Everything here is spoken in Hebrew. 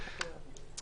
התחלואה.